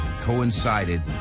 coincided